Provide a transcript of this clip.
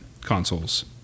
consoles